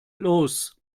los